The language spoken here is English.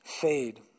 fade